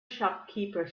shopkeeper